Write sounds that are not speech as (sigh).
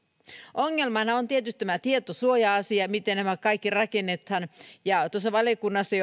ongelmana on tietysti tämä tietosuoja asia miten nämä kaikki rakennetaan kun valiokunnassa (unintelligible)